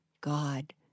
God